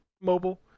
Mobile